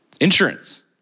insurance